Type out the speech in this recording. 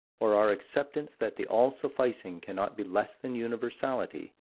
or our acceptance that the all-sufficing cannot be less than universality,